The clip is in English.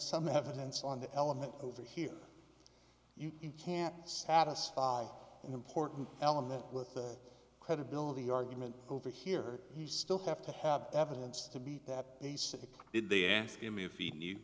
some evidence on the element over here you can't satisfy an important element with the credibility argument over here you still have to have evidence to beat that basic did they ask him if he knew